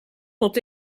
sont